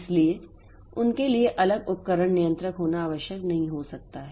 इसलिए उनके लिए अलग उपकरण नियंत्रक होना आवश्यक नहीं हो सकता है